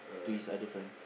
to his other friend